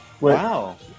Wow